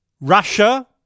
Russia